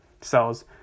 cells